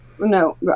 No